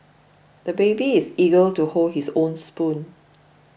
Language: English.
the baby is eager to hold his own spoon